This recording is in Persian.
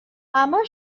همه